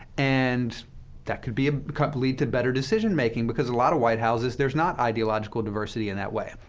and that could be a lead to better decision making, because a lot of white houses, there's not ideological diversity in that way.